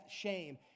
shame